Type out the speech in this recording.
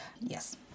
Yes